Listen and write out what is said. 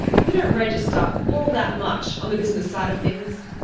we don't register all that much on the business side of things.